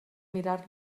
mirar